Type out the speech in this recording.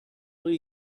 will